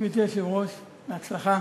גברתי היושבת-ראש, בהצלחה.